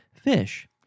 fish